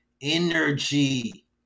energy